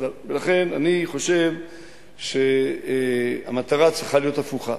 לכן אני חושב שהמטרה צריכה להיות הפוכה.